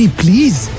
please